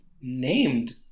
named